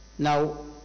Now